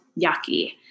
yucky